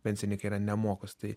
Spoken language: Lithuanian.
pensininkai yra nemokūs tai